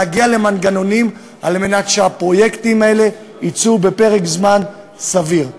להגיע למנגנונים על מנת שהפרויקטים האלה יצאו לפועל בפרק זמן סביר.